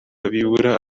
bibura